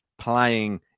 playing